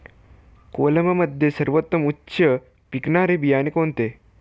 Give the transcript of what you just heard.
कोलममध्ये सर्वोत्तम उच्च पिकणारे बियाणे कोणते?